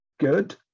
good